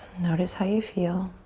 notice how you feel.